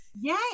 yay